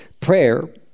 Prayer